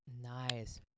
Nice